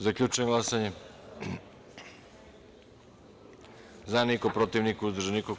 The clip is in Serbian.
Zaključujem glasanje: za – niko, protiv – niko, uzdržanih – nema.